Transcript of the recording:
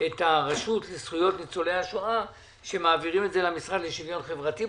את הרשות לזכויות ניצולי השואה למשרד לשוויון חברתי,